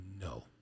no